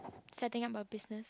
setting up a business